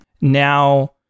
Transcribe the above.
now